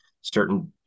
certain